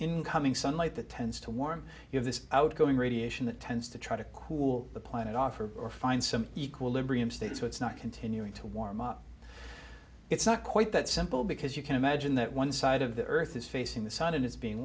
incoming sunlight that tends to warm you have this outgoing radiation that tends to try to cool the planet off or or find some equilibrium state so it's not continuing to warm up it's not quite that simple because you can imagine that one side of the earth is facing the sun and it's being